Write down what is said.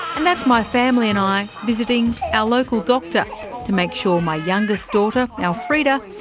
and that's my family and i visiting our local doctor to make sure my youngest daughter, alfreda,